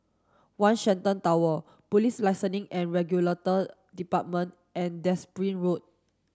One Shenton Tower Police Licensing and Regulatory Department and Derbyshire Road